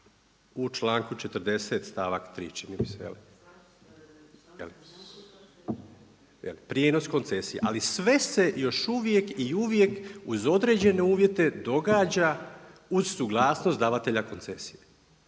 u članku 40. stavak 3., čini mi se. Prijenos koncesija, ali sve se još uvijek i uvijek uz određene uvjete događa uz suglasnost davatelja koncesije,